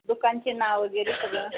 दुकानचे नाव वगैरे सगळं